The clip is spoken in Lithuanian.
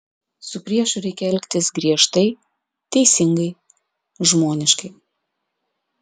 su priešu reikia elgtis griežtai teisingai žmoniškai